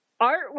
art